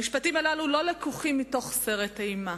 המשפטים הללו לא לקוחים מתוך סרט אימה.